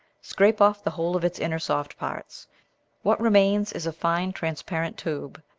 scrape off the whole of its inner soft parts what remains is a fine transparent tube,